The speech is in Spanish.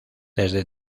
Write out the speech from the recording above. desde